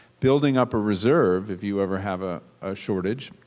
building up a reserve if you ever have a shortage,